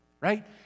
right